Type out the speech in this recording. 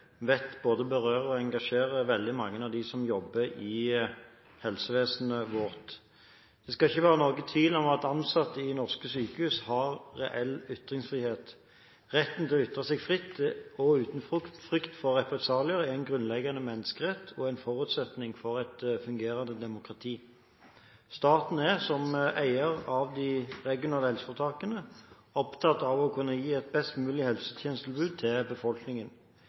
vet både berører og engasjerer veldig mange av dem som jobber i helsevesenet vårt. Det skal ikke være noen tvil om at ansatte i norske sykehus har reell ytringsfrihet. Retten til å ytre seg fritt og uten frykt for represalier er en grunnleggende menneskerett og en forutsetning for et fungerende demokrati. Staten er, som eier av de regionale helseforetakene, opptatt av å kunne gi et best mulig helsetjenestetilbud til befolkningen.